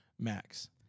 Max